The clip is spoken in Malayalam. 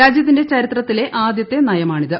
രാജ്യത്തിന്റെ ചരിത്രത്തിലെ ആദ്യത്തെ നയമാണിത്